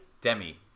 Demi